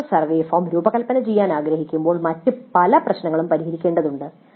യഥാർത്ഥ survey form രൂപകൽപ്പന ചെയ്യാൻ ആഗ്രഹിക്കുമ്പോൾ മറ്റ് പല പ്രശ്നങ്ങളും പരിഹരിക്കേണ്ടതുണ്ട്